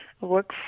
work